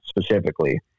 specifically